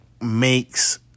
makes